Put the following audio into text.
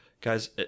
guys